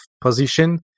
position